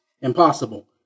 Impossible